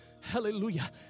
hallelujah